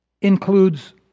includes